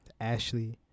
Ashley